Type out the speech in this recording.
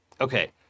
Okay